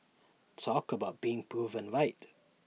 talk about being proven right